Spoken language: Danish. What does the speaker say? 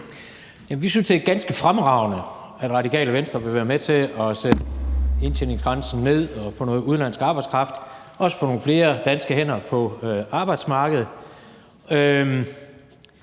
vi synes, det er ganske fremragende, at Radikale Venstre vil være med til at sætte indtjeningsgrænsen ned og få noget udenlandsk arbejdskraft og også få nogle flere danske hænder på arbejdsmarkedet.